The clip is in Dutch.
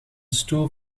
stoel